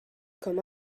comme